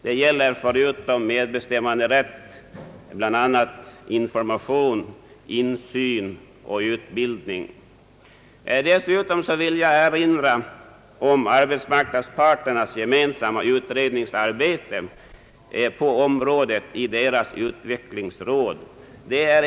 Det gäller förutom medbestämmanderätt bl.a. information, insyn och utbildning. Dessutom vill jag erinra om arbetsmarknadsparternas gemensamma utredningsarbete på området i deras utvecklingsråd.